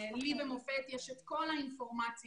לי במופ"ת יש את כל אינפורמציה.